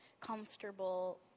comfortable